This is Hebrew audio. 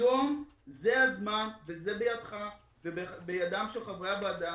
היום זה הזמן וזה בידך ובידם של חברי הוועדה,